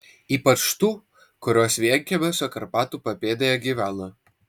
ypač tų kurios vienkiemiuose karpatų papėdėje gyvena